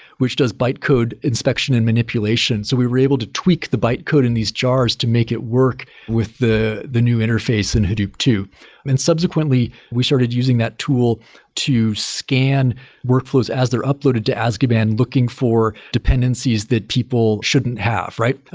which does bytecode inspection and manipulation. so we were able to tweak the byte code in these jars to make it work with the the new interface in hadoop two point subsequently, we started using that tool to scan workflows as they're uploaded to azkaban, looking for dependencies that people shouldn't have, right?